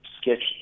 sketched